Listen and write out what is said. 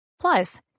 Plus